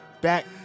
back